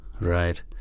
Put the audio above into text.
Right